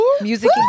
music